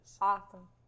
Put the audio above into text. awesome